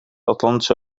atlantische